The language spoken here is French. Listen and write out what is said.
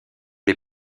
les